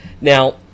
Now